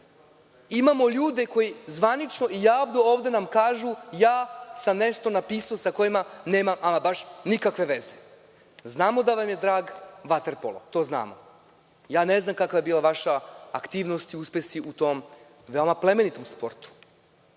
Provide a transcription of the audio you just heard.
Imamo ljude koji zvanično i javno nam kažu – ja sam nešto napisao sa kojim nemam ama baš nikakve veze. Znamo da vam je drag vaterpolo. To znamo. Ne znam kakva je bila vaša aktivnost i uspesi u tom veoma plemenitom sportu,